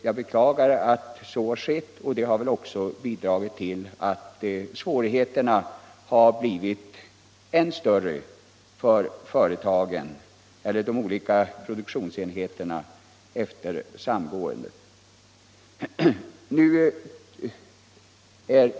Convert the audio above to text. Jag Torsdagen den beklagar denna försening, som väl också har bidragit till att göra svå 26 februari 1976 righeterna än större för de olika produktionsenheterna efter samgåendet.